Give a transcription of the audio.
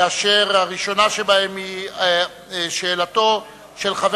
הראשונה שבהן היא שאלתו של חבר